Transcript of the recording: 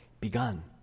begun